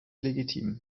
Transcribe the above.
legitim